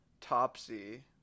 topsy